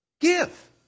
give